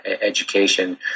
education